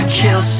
kill